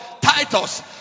Titus